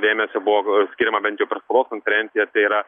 dėmesio buvo skiriama bent jau per spaudos konferenciją tai yra